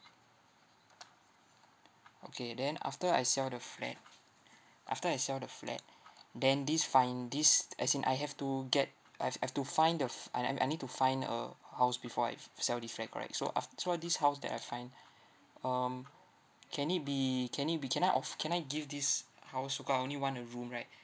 okay then after I sell the flat after I sell the flat then this find this as in I have to get I've I've to find the f~ and I mean I need to find a house before I've sell this flat correct so aft~ so once this house that I find um can it be can it be can I off~ can I give this house I only want a room right